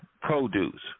produce